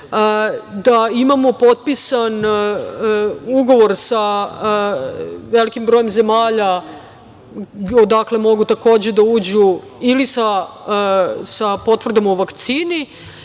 da imamo potpisan ugovor sa velikim brojem zemalja odakle mogu takođe da uđu ili sa potvrdom o vakcini.